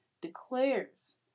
declares